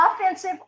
offensive